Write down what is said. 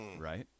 Right